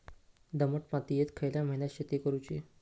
दमट मातयेत खयल्या महिन्यात शेती करुची?